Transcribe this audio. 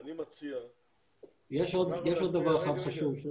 יש עוד דבר אחד חשוב.